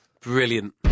brilliant